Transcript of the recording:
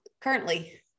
currently